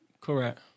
correct